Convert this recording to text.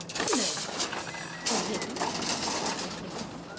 do you know her or him said miss hinton,